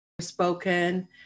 spoken